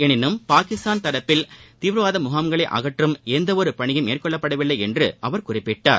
எனினும் பாகிஸ்தான் தரப்பில் தீவிரவாத முகாம்களை அகற்றும் எந்த ஒரு பணியும் மேற்கொள்ளப்படவில்லை என்று அவர் குறிப்பிட்டார்